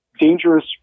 dangerous